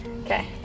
Okay